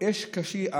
יש קושי.